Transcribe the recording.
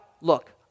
look